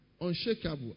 Unshakable